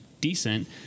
decent